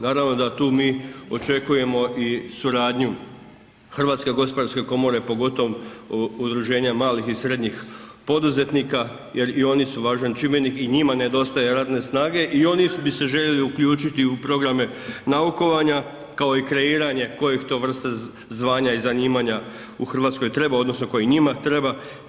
Naravno da tu mi očekujemo i suradnju HGK pogotovo udruženja malih i srednjih poduzetnika jer i oni su važan čimbenik i njima nedostaje radne snage i oni bi se željeli uključiti u programe naukovanja kao i kreiranje kojih to vrsta zvanja i zanimanja treba odnosno koji njima treba.